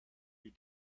you